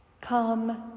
Come